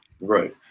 Right